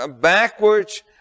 backwards